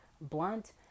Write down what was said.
blunt